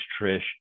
Trish